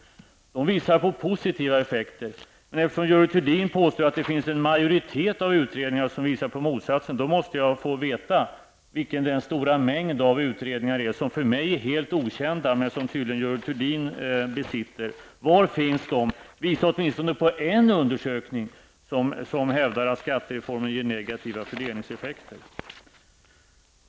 Man visar på positiva effekter. Eftersom Görel Thurdin påstår att en majoritet av utredningar visar på motsatsen måste jag få veta vilken denna stora mängd av utredningar är, som för mig är helt okända men som Görel Thurdin tydligen besitter kunskap om. Var finns de? Visa åtminstone på en undersökning som hävdar att skattereformen ger negativa fördelningseffekter.